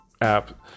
app